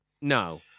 No